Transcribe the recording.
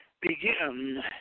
begin